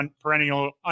perennial